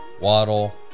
Waddle